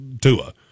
Tua